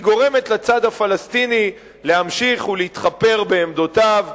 היא גורמת לצד הפלסטיני להמשיך להתחפר בעמדותיו,